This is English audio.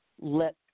let